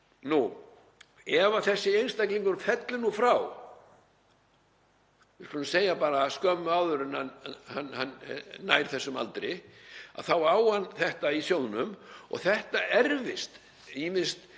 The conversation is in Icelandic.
Ef þessi einstaklingur fellur frá, við skulum segja bara skömmu áður en hann nær þessum aldri, þá á hann þetta í sjóðnum og þetta erfist ýmist